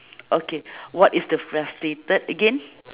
okay what is the frustrated again